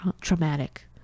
traumatic